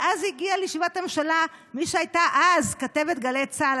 ואז הגיעה לישיבת הממשלה מי שהייתה אז כתבת גלי צה"ל,